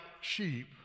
sheep